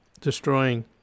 destroying